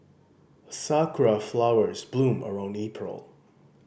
sakura flowers bloom around April